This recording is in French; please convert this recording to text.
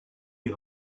les